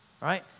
right